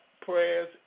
prayers